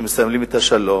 שמסמלים את השלום,